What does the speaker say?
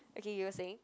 okay you were saying